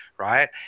right